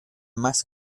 más